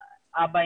אבא,